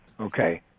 Okay